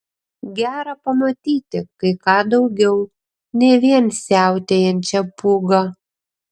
gera pamatyti kai ką daugiau ne vien siautėjančią pūgą